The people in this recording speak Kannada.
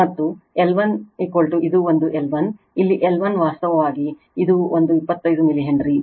ಮತ್ತು L 1 ಇದು ಒಂದು L1 ಇಲ್ಲಿ L1 ವಾಸ್ತವವಾಗಿ ಇದು ಒಂದು 25 ಮಿಲಿ ಹೆನ್ರಿ